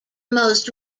most